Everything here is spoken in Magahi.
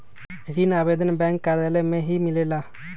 ऋण आवेदन बैंक कार्यालय मे ही मिलेला?